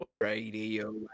Radio